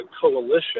coalition